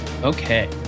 Okay